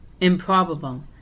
improbable